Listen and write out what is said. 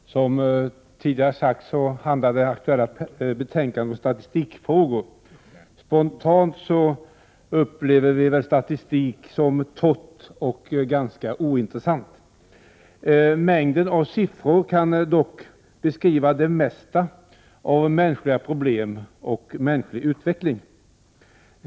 Herr talman! Som tidigare har sagts behandlar det nu aktuella betänkandet statistikfrågor. Vi upplever statistik spontant som torrt och ganska ointressant. Mängden av siffror kan dock beskriva det mesta av mänskliga problem och mänsklig utveckling.